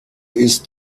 ist